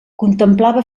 contemplava